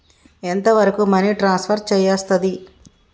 ఎంత వరకు money transfer చేయస్తది?